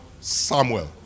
Samuel